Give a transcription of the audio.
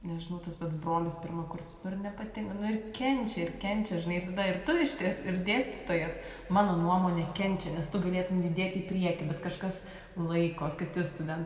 nežinau tas pats brolis pirmakursis nu ir nepatink nu ir kenčia ir kenčia žinai ir tada ir tu išties ir dėstytojas mano nuomone kenčia nes tu galėtum judėti į priekį bet kažkas laiko kiti studentai